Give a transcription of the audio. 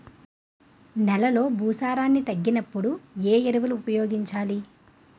నెలలో భూసారాన్ని తగ్గినప్పుడు, ఏ ఎరువులు ఉపయోగించాలి?